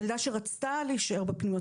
ילדה שרצתה להישאר בפנימייה.